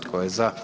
Tko je za?